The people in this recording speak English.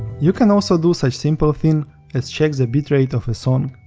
you can also do such simple thing as check the bitrate of a song.